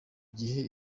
gihe